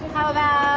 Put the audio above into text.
how about